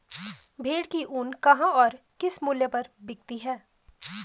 भेड़ की ऊन कहाँ और किस मूल्य पर बिकती है?